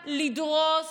באה לדרוס